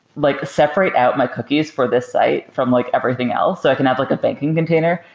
like separate out my cookies for this site from like everything else so i can have like a banking container.